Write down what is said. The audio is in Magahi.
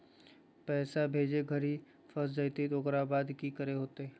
पैसा भेजे घरी फस जयते तो ओकर बाद की करे होते?